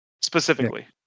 specifically